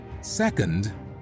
Second